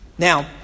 Now